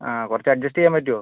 കുറച്ച് അഡ്ജസ്റ്റ് ചെയ്യാൻ പറ്റുമോ